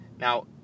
Now